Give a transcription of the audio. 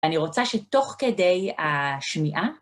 אני רוצה שתוך כדי השמיעה...